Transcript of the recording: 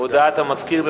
הודעה למזכיר.